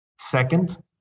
Second